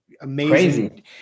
amazing